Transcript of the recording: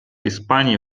испании